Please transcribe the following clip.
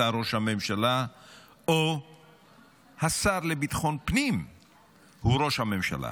ראש הממשלה או השר לביטחון פנים הוא ראש הממשלה?